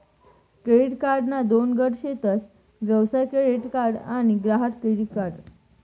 credit कार्डना दोन गट शेतस व्यवसाय क्रेडीट कार्ड आणि ग्राहक क्रेडीट कार्ड